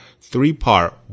three-part